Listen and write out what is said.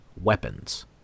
weapons